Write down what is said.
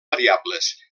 variables